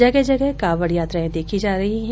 जगह जगह कावड यात्राए देखी जा रही है